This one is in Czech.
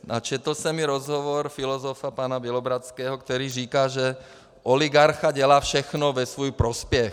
Četl jsem i rozhovor filozofa pana Bělohradského, který říká, že oligarcha dělá všechno ve svůj prospěch.